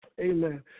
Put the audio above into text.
Amen